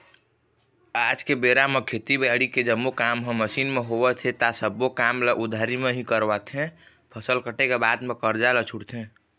आज के बेरा म खेती बाड़ी के जम्मो काम ह मसीन म होवत हे ता सब्बो काम ल उधारी म ही करवाथे, फसल कटे के बाद म करजा ल छूटथे